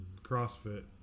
CrossFit